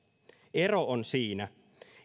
ero on siinä